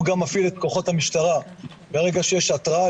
גם מפעיל את כוחות המשטרה ברגע שיש התראה,